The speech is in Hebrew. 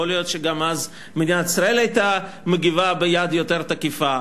יכול להיות שאז מדינת ישראל גם היתה מגיבה ביד יותר תקיפה.